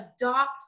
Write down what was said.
adopt